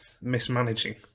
mismanaging